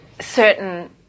certain